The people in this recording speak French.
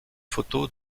photo